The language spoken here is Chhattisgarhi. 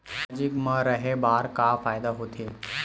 सामाजिक मा रहे बार का फ़ायदा होथे?